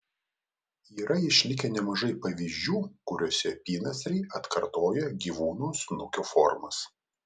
yra išlikę nemažai pavyzdžių kuriuose apynasriai atkartoja gyvūnų snukio formas